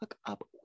hookup